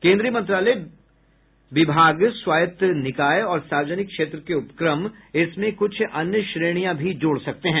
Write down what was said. केंद्रीय मंत्रालय विभाग स्वायत निकाय और सार्वजनिक क्षेत्र के उपक्रम इसमें कुछ अन्य श्रेणियां भी जोड़ सकते हैं